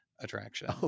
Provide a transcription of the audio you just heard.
attraction